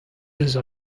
diouzh